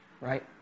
right